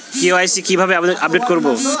KYC কিভাবে update করব?